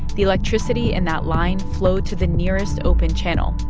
the electricity in that line flowed to the nearest open channel,